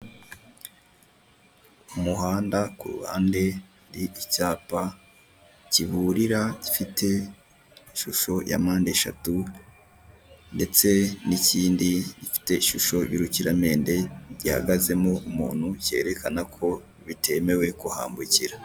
Umuhanda kuruhande hari icyapa kiburira gifite ishusho ya mpande eshatu ndetse nikindi gifite ishusho yurukiramende gihagazemo umuntu cyerekana ko bitemewe kuhambukira.